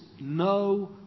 no